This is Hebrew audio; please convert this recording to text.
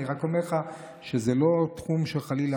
אני רק אומר לך שזה לא תחום שחלילה,